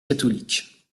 catholique